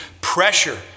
pressure